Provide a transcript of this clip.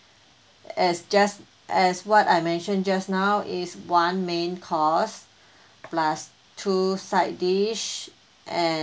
as just as what I mentioned just now is one main course plus two side dish and